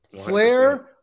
Flair